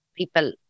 People